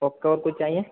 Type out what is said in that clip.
आपको और कुछ चाहिए